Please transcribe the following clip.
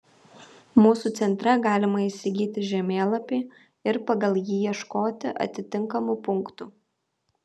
mūsų centre galima įsigyti žemėlapį ir pagal jį ieškoti atitinkamų punktų